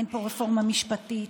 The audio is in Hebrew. אין פה רפורמה משפטית,